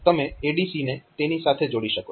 તો આ રીતે તમે ADC ને તેની સાથે જોડી શકો છો